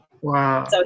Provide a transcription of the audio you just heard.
wow